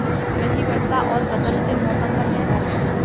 कृषि वर्षा और बदलते मौसम पर निर्भर है